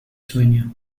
sueño